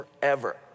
forever